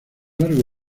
largo